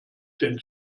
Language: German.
den